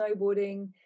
snowboarding